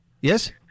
Yes